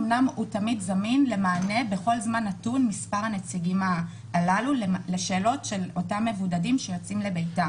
הוא זמין למענה בכל זמן נתון לשאלות של אותם מבודדים שיוצאים לביתם.